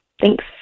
Thanks